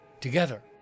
together